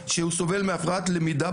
שהוא סובל מהפרעת למידה,